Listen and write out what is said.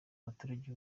abaturage